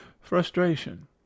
Frustration